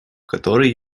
который